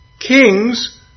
Kings